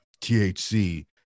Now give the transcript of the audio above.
THC